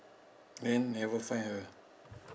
then never find her